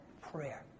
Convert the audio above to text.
Prayer